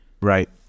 Right